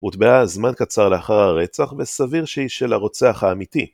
הוטבעה זמן קצר לאחר הרצח, וסביר שהיא של הרוצח האמיתי.